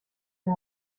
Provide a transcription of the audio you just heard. and